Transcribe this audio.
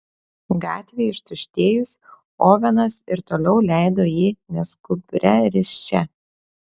gatvei ištuštėjus ovenas ir toliau leido jį neskubria risčia